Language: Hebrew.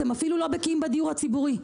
אתם אפילו לא בקיאים בדיור הציבורי.